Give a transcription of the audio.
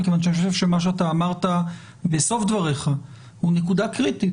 מכיוון שאני חושב שמה שאמרת בסוף דבריך זה נקודה קריטית.